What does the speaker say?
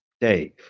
Dave